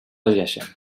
regeixen